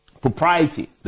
propriety